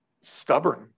Stubborn